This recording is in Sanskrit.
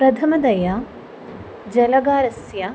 प्रथमतया जलागारस्य